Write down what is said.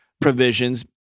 provisions